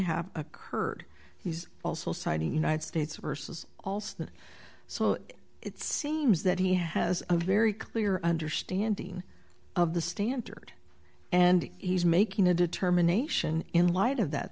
have occurred he's also citing united states versus alston so it seems that he has a very clear understanding of the standard and he's making a determination in light of that